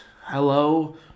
Hello